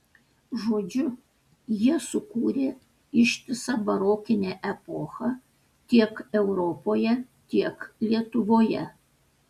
žodžiu jie sukūrė ištisą barokinę epochą tiek europoje tiek lietuvoje